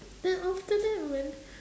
then after that when